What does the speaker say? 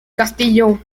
castillo